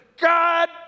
God